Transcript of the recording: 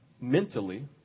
mentally